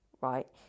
right